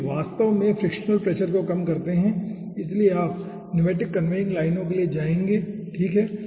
तो ये वास्तव में फ्रिक्शनल प्रेशर को कम करते हैं इसलिए आप न्यूमैटिक कन्वेयिंग लाइनों के लिए जाएंगे ठीक है